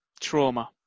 trauma